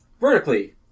vertically